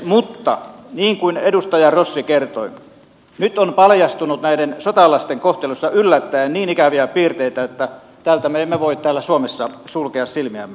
mutta niin kuin edustaja rossi kertoi nyt on paljastunut näiden sotalasten kohtelussa yllättäen niin ikäviä piirteitä että tältä me emme voi täällä suomessa sulkea silmiämme